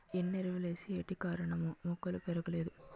ఎన్నెరువులేసిన ఏటికారణమో మొక్కలు పెరగలేదు